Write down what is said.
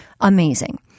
amazing